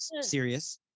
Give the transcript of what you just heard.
serious